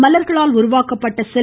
மலர்களால் உருவாக்கப்பட்ட செல்